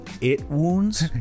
it-wounds